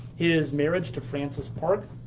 his marriage to francis parke,